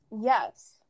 Yes